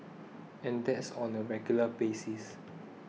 and that's on a regular basis